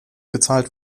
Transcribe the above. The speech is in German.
gezahlt